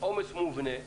עומס מובנה,